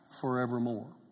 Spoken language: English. forevermore